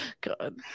God